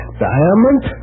diamond